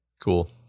cool